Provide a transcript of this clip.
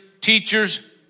teachers